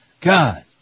God